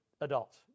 Adults